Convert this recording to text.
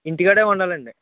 ఇంటికాడే వండాలండి